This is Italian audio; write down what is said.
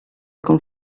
con